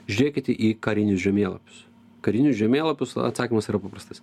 žiūrėkit į karinius žemėlapius karinius žemėlapius atsakymas yra paprastas